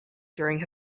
during